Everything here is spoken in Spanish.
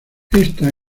esta